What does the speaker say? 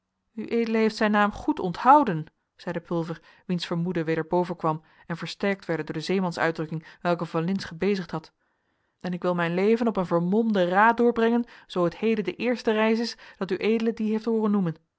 ued heeft zijn naam goed onthouden zeide pulver wiens vermoedens weder bovenkwamen en versterkt werden door de zeemansuitdrukking welke van lintz gebezigd had en ik wil mijn leven op een vermolmde ra doorbrengen zoo het heden de eerste reis is dat ued dien heeft hooren noemen